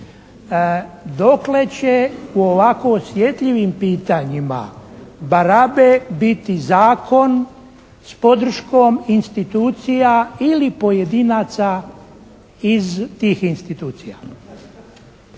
dokle će u ovako osjetljivim pitanjima barabe biti zakon s podrškom institucija ili pojedinaca iz tih institucija?